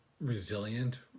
resilient